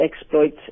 exploit